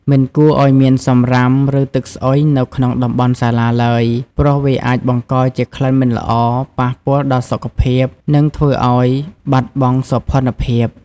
មិនគួរឲ្យមានសំរាម ឬទឹកស្អុយនៅក្នុងតំបន់សាលាឡើយ ព្រោះវាអាចបង្កជាក្លិនមិនល្អ ប៉ះពាល់ដល់សុខភាព និងធ្វើឲ្យបាត់បង់សោភ័ណភាព។